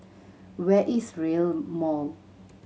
where is Rail Mall